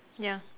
ya